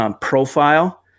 profile